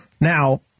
Now